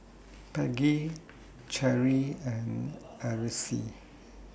Peggy Cherie and Aracely